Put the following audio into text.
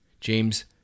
James